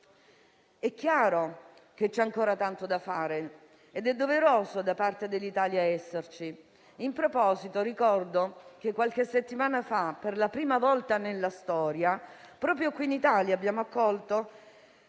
È chiaro che c'è ancora tanto da fare ed è doveroso da parte dell'Italia esserci. In proposito, ricordo che qualche settimana fa, per la prima volta nella storia, proprio qui in Italia abbiamo accolto